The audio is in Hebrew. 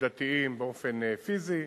נקודתיים באופן פיזי,